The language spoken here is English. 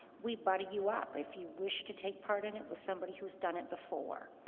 we buddy you up, if you wish to take part in it with somebody who's done it before.